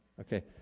okay